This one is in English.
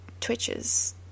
twitches